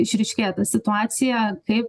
išryškėja ta situacija kaip